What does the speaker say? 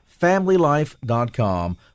FamilyLife.com